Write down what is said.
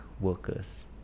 workers